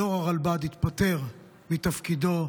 יו"ר הרלב"ד התפטר מתפקידו.